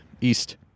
East